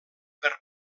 per